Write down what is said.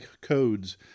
codes